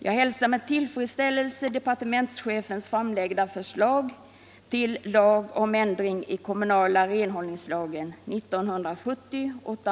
Jag hälsar med tillfredsställelse departementschefens förslag till Lag om ändring i kommunala renhållningslagen .